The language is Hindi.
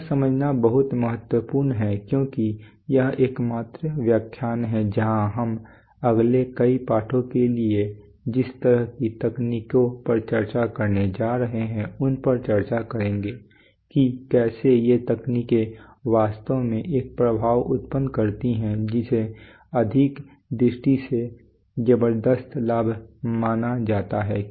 यह समझना बहुत महत्वपूर्ण है क्योंकि यह एकमात्र व्याख्यान है जहां हम अगले कई पाठों के लिए जिस तरह की तकनीकों पर चर्चा करने जा रहे हैं उन पर चर्चा करेंगे कि कैसे ये तकनीकें वास्तव में एक प्रभाव उत्पन्न करती हैं जिसे आर्थिक दृष्टि से जबरदस्त लाभ माना जाता है